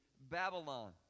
Babylon